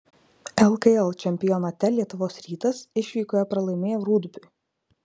lkl čempionate lietuvos rytas išvykoje pralaimėjo rūdupiui